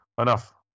enough